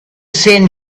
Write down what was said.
seen